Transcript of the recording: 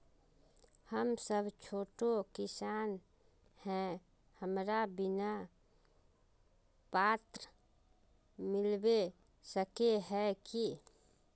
हम सब छोटो किसान है हमरा बिमा पात्र मिलबे सके है की?